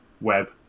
web